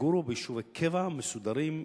יגורו ביישובי קבע מסודרים,